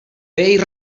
vell